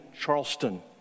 Charleston